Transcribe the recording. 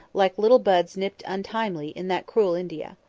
like little buds nipped untimely, in that cruel india.